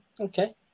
Okay